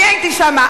אני הייתי שמה.